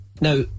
Now